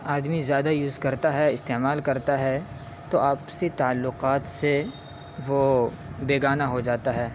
آدمی زیادہ یوز کرتا ہے استعمال کرتا ہے تو آپسی تعلقات سے وہ بیگانہ ہو جاتا ہے